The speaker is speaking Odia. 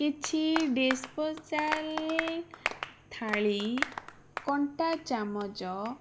କିଛି ଡିସପୋସାଲ ଥାଳି କଣ୍ଟାଚାମଚ